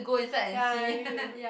ya you need to